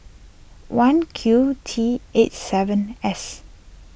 one Q T eight seven S